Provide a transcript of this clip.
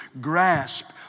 grasp